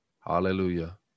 Hallelujah